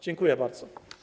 Dziękuję bardzo.